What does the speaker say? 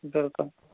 بِلکُل